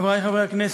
חברי חברי הכנסת,